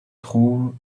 trouve